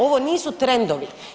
Ovo nisu trendovi.